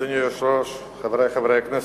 אדוני היושב-ראש, חברי חברי הכנסת,